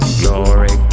glory